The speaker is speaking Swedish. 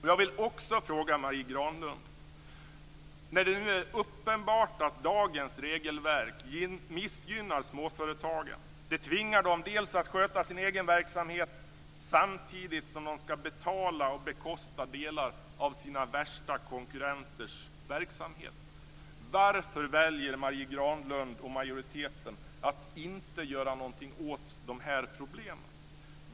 Jag vill också fråga: När det nu är uppenbart att dagens regelverk missgynnar småföretagen, betvingar dem att sköta sin egen verksamhet samtidigt som de skall betala och bekosta delar av sina värsta konkurrenters verksamhet, varför väljer Marie Granlund och majoriteten att inte göra någonting åt dessa problem?